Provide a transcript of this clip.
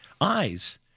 eyes